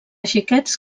xiquets